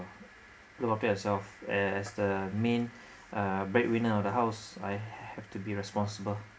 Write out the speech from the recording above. look after yourself as the main uh breadwinner of the house I have to be responsible